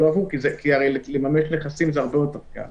כי לממש נכסים זה הרבה יותר קל.